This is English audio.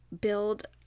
build